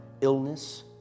illness